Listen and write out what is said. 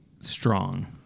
Strong